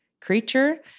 creature